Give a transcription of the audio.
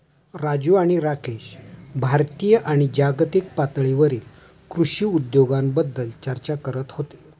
राजू आणि राकेश भारतीय आणि जागतिक पातळीवरील कृषी उद्योगाबद्दल चर्चा करत होते